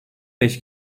beş